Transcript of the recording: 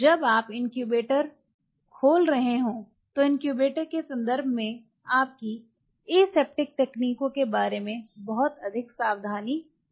जब आप इनक्यूबेटर खोल रहे हों तो इनक्यूबेटर के संदर्भ में आपकी एसेप्टिक तकनीकों के बारे में बहुत अधिक सावधानी बरतें